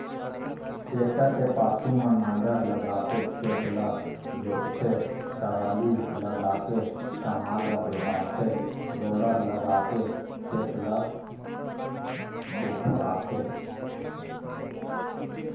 tractor के पाछू म नांगर लगाके खेत ल जोतथे, टराली लगाके समान ल डोहारथे रोलर लगाके खेत ल कोपराथे